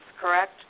correct